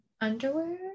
underwear